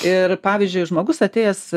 ir pavyzdžiui žmogus atėjęs